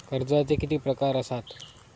कर्जाचे किती प्रकार असात?